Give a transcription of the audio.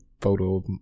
photo